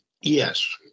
Yes